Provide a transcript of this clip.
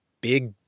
big